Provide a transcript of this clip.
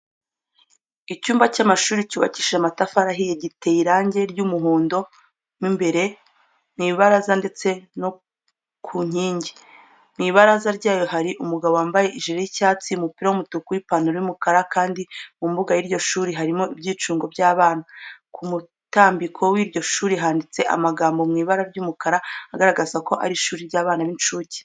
Icyumba cy'amashuri cyubakishije amatafari ahiye, giteye irange ry'umuhondo mo imbere mu ibaraza ndetse no ku nkingi. Mu ibaraza ryayo hari umugabo wambaye ijire y'icyatsi, umupira w'umutuku n'ipantaro y'umukara kandi mu mbuga y'iryo shuri harimo ibyicungo by'abana. Ku mutambiko w'iryo shuri handitseho amagambo mu ibara ry'umukara agaragaza ko ari ishuri ry'abana b'incuke.